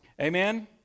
Amen